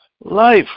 life